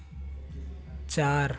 चार